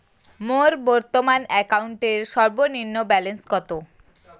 মোর বর্তমান অ্যাকাউন্টের সর্বনিম্ন ব্যালেন্স কত?